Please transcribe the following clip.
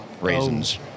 raisins